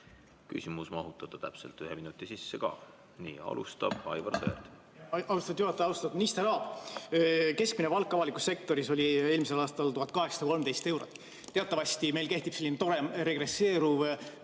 küsimus mahutada ühe minuti sisse. Nii, alustab Aivar Sõerd. Austatud juhataja! Austatud minister Aab! Keskmine palk avalikus sektoris oli eelmisel aastal 1813 eurot. Teatavasti meil kehtib selline tore regresseeruva